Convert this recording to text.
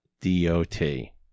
D-O-T